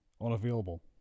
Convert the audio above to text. unavailable